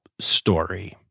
story